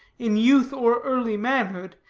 in youth or early manhood,